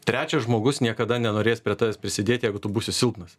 trečias žmogus niekada nenorės prie tavęs prisidėt jeigu tu būsi silpnas